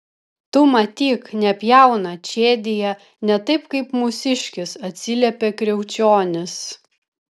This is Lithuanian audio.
tu matyk nepjauna čėdija ne taip kaip mūsiškis atsiliepė kriaučionis